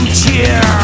cheer